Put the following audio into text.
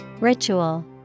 Ritual